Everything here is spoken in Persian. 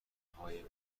های